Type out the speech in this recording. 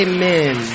Amen